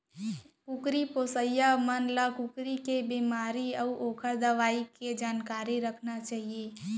कुकरी पोसइया मन ल कुकरी के बेमारी अउ ओकर दवई के जानकारी रखना चाही